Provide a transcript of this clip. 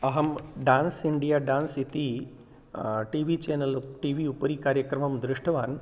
अहं Dance India Dance इति TV channel TV उपरि कार्यक्रमं दृष्टवान्